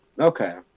Okay